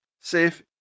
safe